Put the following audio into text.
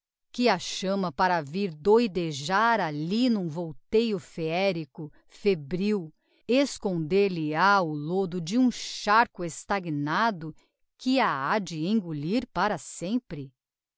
que a chama para vir doidejar ali n'um volteio feérico febril esconder lhe ha o lodo de um charco estagnado que a ha de engulir para sempre